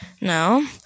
Now